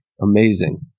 Amazing